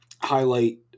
highlight